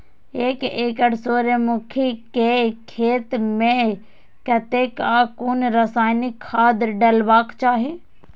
एक एकड़ सूर्यमुखी केय खेत मेय कतेक आ कुन रासायनिक खाद डलबाक चाहि?